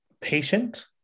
patient